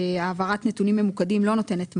שהעברת נתונים ממוקדים לא נותנת מענה,